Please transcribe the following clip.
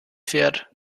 fährt